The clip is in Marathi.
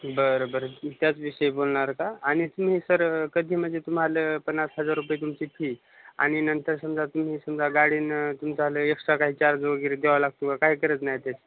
बरं बरं त्याच विषय बोलणार का आणि तुम्ही सर कधी म्हणजे तुम्हाला पन्नास हजार रुपये तुमची फी आणि नंतर समजा तुम्ही समजा गाडीने तुमच्या एक्स्ट्रा काही चार्ज वगैरे द्यावा लागते काय खर्च नाही त्याचं